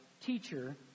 Teacher